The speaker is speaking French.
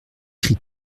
cris